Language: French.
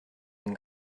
une